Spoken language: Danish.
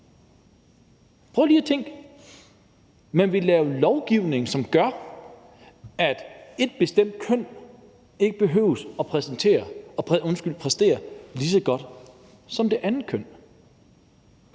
Prøv lige at tænke: Man vil lave lovgivning, som gør, at ét bestemt køn ikke behøver at præstere lige så godt som det andet køn.